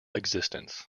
existence